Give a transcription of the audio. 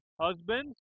Husbands